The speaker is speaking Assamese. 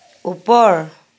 ওপৰ